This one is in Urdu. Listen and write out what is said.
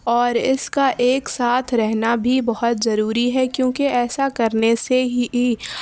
اور اس کا ایک ساتھ رہنا بھی بہت ضروری ہے کیونکہ ایسا کرنے سے ہی